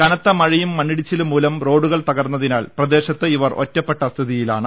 കനത്ത മഴയും മണ്ണിടിച്ചിലും മൂലം റോഡുകൾ തകർന്നതിനാൽ പ്രദേശത്ത് ഇവർ ഒറ്റപ്പെട്ട സ്ഥിതിയിലാണ്